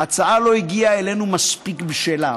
ההצעה לא הגיעה אלינו מספיק בשלה.